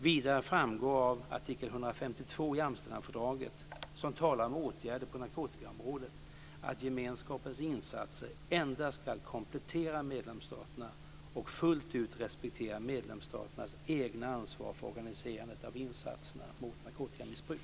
Vidare framgår av artikel 152 i Amsterdamfördraget, som talar om åtgärder på narkotikaområdet, att gemenskapens insatser endast ska komplettera medlemsstaternas och fullt ut respektera medlemsstaternas eget ansvar för organiserandet av insatser mot narkotikamissbruk.